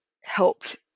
helped